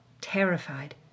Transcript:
Terrified